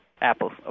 Apple